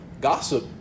gossip